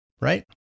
Right